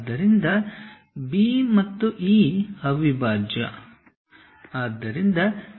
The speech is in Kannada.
ಆದ್ದರಿಂದ B ಮತ್ತು E ಅವಿಭಾಜ್ಯ